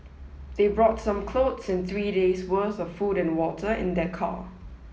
they brought some clothes and three days' worth of food and water in their car